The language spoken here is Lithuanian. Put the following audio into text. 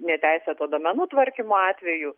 neteisėto duomenų tvarkymo atvejų